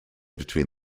between